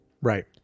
Right